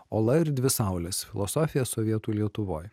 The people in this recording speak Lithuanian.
ola ir dvi saulės filosofija sovietų lietuvoj